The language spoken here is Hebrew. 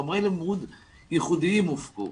חומר לימוד ייחודיים הופקו